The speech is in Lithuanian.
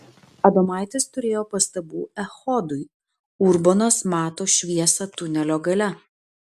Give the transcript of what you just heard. adomaitis turėjo pastabų echodui urbonas mato šviesą tunelio gale